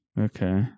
Okay